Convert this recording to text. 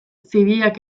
zibilak